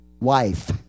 wife